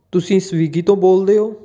ਤੁਸੀਂ ਸਵੀਗੀ ਤੋਂ ਬੋਲਦੇ ਹੋ